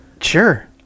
Sure